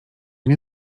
nie